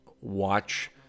watch